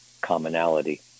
commonality